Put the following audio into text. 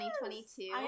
2022